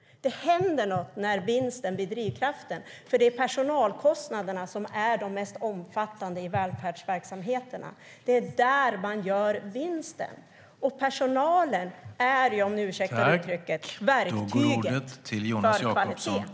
Det händer något när vinsten blir drivkraften, för det är personalkostnaderna som är de mest omfattande i välfärdsverksamheterna. Det är där man gör vinsten. Och personalen är, om ni ursäktar uttrycket, verktyget för kvalitet.